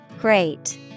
Great